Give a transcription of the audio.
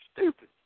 stupid